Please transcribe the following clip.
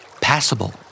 Passable